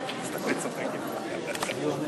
חבר הכנסת אילן גילאון,